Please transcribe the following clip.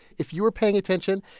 if you were paying attention,